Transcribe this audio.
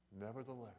Nevertheless